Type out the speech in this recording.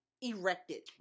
erected